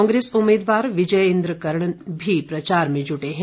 कांग्रेस उम्मीदवार विजय इन्द्र कर्ण भी प्रचार में जुटे हैं